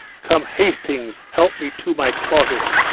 come, hastings, help me to my closet.